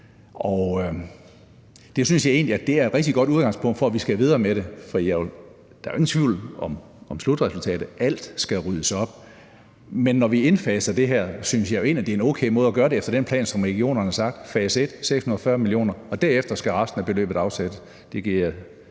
er et rigtig godt udgangspunkt for at skulle videre med det, for der er jo ingen tvivl om slutresultatet. Alt skal ryddes op. Men når vi indfaser det her, synes jeg egentlig, det er en okay måde at gøre det efter den plan, som regionerne har sagt: fase et, 640 mio. kr. Og derefter skal resten af beløbet afsættes;